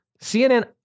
CNN